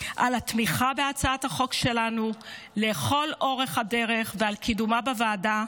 על התמיכה בהצעת החוק שלנו לכל אורך הדרך ועל קידומה בוועדה.